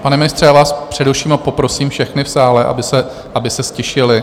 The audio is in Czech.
Pane ministře, já vás přeruším a poprosím všechny v sále, aby se ztišili!